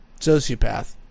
sociopath